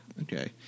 Okay